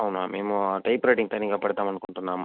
అవునా మేము type writing తనీగా పెడదాము అనుకుంటున్నాము